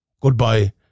Goodbye